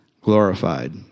glorified